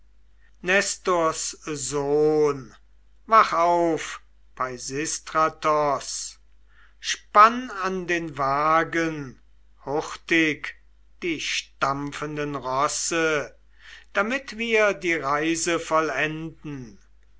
sohn wach auf peisistratos spann an den wagen hurtig die stampfenden rosse damit wir die reise vollenden